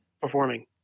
performing